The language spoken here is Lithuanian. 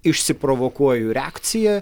išsiprovokuoju reakciją